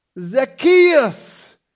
Zacchaeus